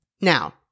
Now